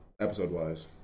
episode-wise